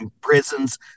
prisons